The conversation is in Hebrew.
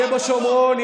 יהיה בשומרון,